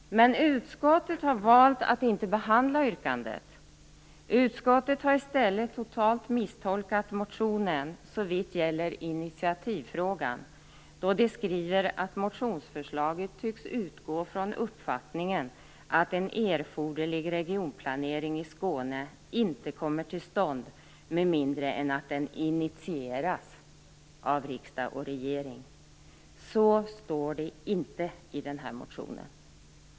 Utskottet har valt att inte behandla yrkandet. Utskottet har i stället totalt misstolkat motionen såvitt gäller initiativfrågan och skriver att motionsförslaget tycks utgå från uppfattningen att en erforderlig regionplanering i Skåne inte kommer till stånd med mindre än att den initieras av riksdag och regering. Så står det inte i motionen.